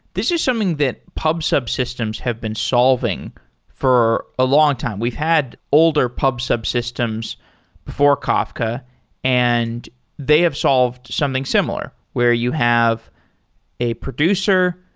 this is something that pub sub systems have been solving for a longtime. we've had older pub sub systems for kafka and they have solved something similar where you have a producer.